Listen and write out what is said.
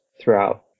throughout